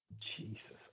Jesus